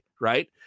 right